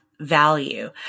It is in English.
value